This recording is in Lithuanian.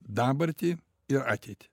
dabartį ir ateitį